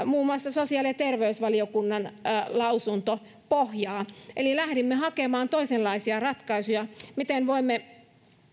muun muassa meidän sosiaali ja terveysvaliokunnan lausunto pohjaa eli lähdimme hakemaan toisenlaisia ratkaisuja siihen miten voimme